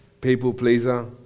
People-pleaser